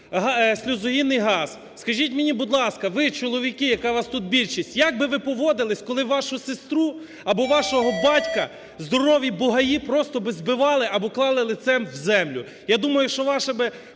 сльозогінний газ. Скажіть мені, будь ласка, ви, чоловіки, яких вас тут більшість, як би ви поводились, коли вашу сестру або вашого батька здорові бугаї просто би збивали або клали лицем в землю,